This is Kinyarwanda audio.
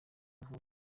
nko